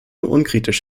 unkritisch